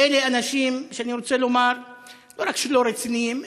אלה אנשים שאני רוצה לומר שהם לא רק שלא רציניים,